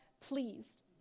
pleased